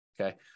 okay